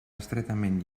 estretament